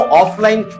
offline